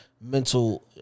mental